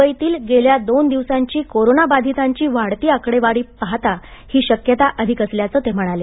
मुंबईतील गेल्या दोन दिवसांची कोरोना बाधितांची वाढती आकडेवारी पाहता ही शक्यता अधिक असल्याचं ते म्हणाले